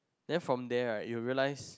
then from there right you will realise